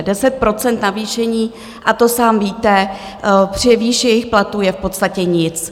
Deset procent navýšení, a to sám víte, při výši jejich platů je v podstatě nic.